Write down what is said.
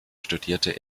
studierte